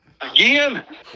again